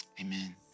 amen